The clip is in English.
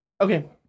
Okay